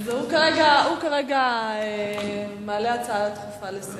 אז הוא כרגע מעלה הצעה דחופה לסדר-היום.